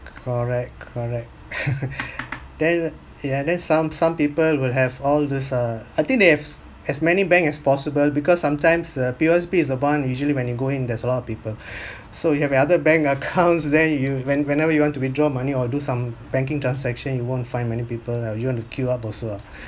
correct correct then ya then some some people will have all this uh I think they haves as many bank as possible because sometimes uh P_O_S_B is the one usually when you go in there's a lot of people so you have like other bank accounts then you when~ whenever you want to withdraw money or do some banking transaction you won't find many people ah you want to queue up also ah